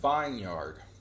Vineyard